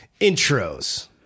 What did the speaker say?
intros